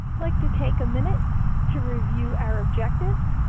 like to take a minute to review our objectives.